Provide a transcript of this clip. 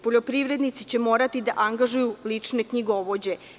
Poljoprivrednici će morati da angažuju lične knjigovođe.